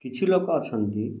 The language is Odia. କିଛି ଲୋକ ଅଛନ୍ତି